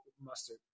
mustard